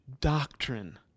doctrine